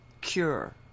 cure